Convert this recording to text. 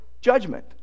judgment